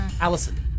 Allison